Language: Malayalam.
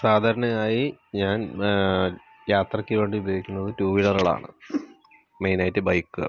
സാധാരണയായി ഞാൻ യാത്രയ്ക്ക് വേണ്ടി ഉപയോഗിക്കുന്നത് ടൂവീലറുകളാണ് മെയിനായിട്ട് ബൈക്കുകൾ